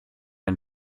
ein